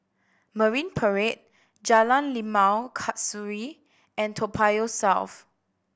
Marine Parade Jalan Limau Kasturi and Toa Payoh South